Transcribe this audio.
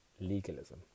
legalism